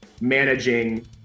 managing